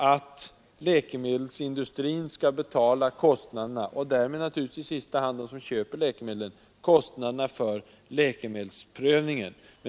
Detta har såvitt jag vet riksdagen ställt sig bakom. I sista hand är det de som köper läkemedlen som får betala kostnaderna för läkemedelsprövningen.